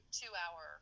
two-hour